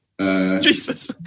Jesus